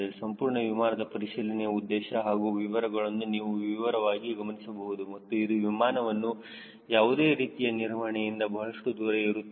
ಸಂಪೂರ್ಣ ವಿಮಾನದ ಪರಿಶೀಲನೆಯ ಉದ್ದೇಶ ಹಾಗೂ ವಿವರಗಳನ್ನು ನೀವು ವಿವರವಾಗಿ ಗಮನಿಸಬಹುದು ಮತ್ತು ಇದು ವಿಮಾನವನ್ನು ಯಾವುದೇ ರೀತಿಯ ನಿರ್ವಹಣೆಯಿಂದ ಬಹಳಷ್ಟು ದೂರ ಇರುತ್ತದೆ